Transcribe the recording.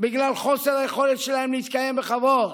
בגלל חוסר היכולת שלהם להתקיים בכבוד,